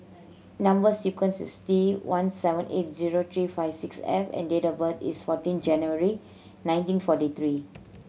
number sequence is T one seven eight zero three five six F and date of birth is fourteen January nineteen forty three